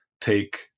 take